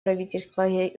правительство